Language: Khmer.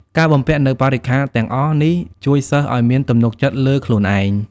ការបំពាក់នូវបរិក្ខារទាំងអស់នេះជួយសិស្សឱ្យមានទំនុកចិត្តលើខ្លួនឯង។